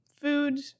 food